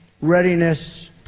readiness